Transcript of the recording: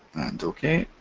and ok.